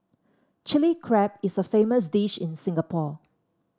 Chilli Crab is a famous dish in Singapore